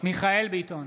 מיכאל מרדכי ביטון,